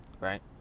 right